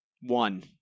one